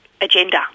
agenda